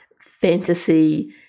fantasy